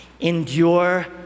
endure